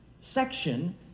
section